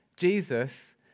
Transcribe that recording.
Jesus